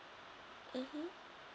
mmhmm